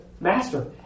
Master